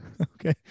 Okay